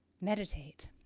meditate